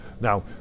now